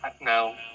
No